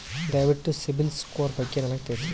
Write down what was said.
ದಯವಿಟ್ಟು ಸಿಬಿಲ್ ಸ್ಕೋರ್ ಬಗ್ಗೆ ನನಗ ತಿಳಸರಿ?